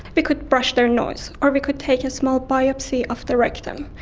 but could brush their nose, or we could take a small biopsy of the rectum.